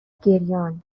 گریانممکنه